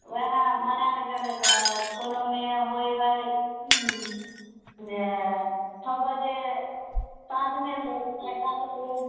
ओहए मनायल गेलै तऽ कोनोमे होइ है ओ जे छओ बजे साँझमे होइ छै पाँच बजे